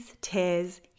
tears